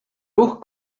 ruch